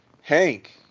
Hank